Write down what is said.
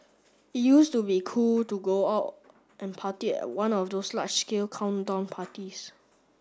it used to be cool to go out and party at one of those large scale countdown parties